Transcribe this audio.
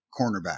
cornerback